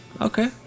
Okay